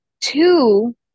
Two